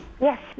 Yes